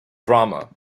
drama